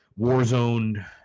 Warzone